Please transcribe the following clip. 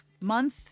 month